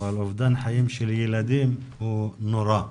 אבל אובדן חיים של ילדים הוא נורא,